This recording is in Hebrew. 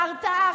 וההרתעה,